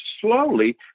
slowly